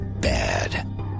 bad